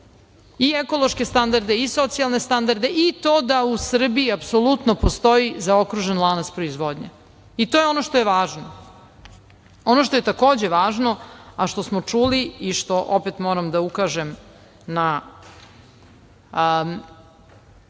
i ekološke standarde i socijalne standarde i to da u Srbiji apsolutno postoji zaokružen lanac proizvodnje. To je ono što je važno. Ono što je takođe važno, a što smo čuli i što opet moram da ukažem na